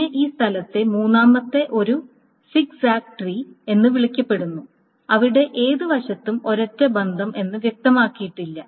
പിന്നെ ഈ സ്ഥലത്തെ മൂന്നാമത്തേത് ഒരു സിഗ്സാഗ് ട്രീ എന്ന് വിളിക്കപ്പെടുന്നു അവിടെ ഏത് വശത്ത് ഒരൊറ്റ ബന്ധം എന്ന് വ്യക്തമാക്കിയിട്ടില്ല